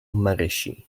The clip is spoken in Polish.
marysi